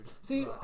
See